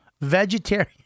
vegetarian